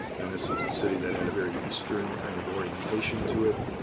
venice is a city that had a very eastern kind of orientation to it.